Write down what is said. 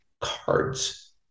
cards